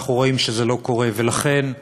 ואנחנו רואים שזה לא קורה, ולכן,